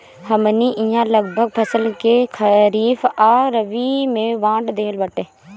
हमनी इहाँ लगभग फसल के खरीफ आ रबी में बाँट देहल बाटे